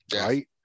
right